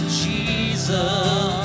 jesus